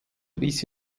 riss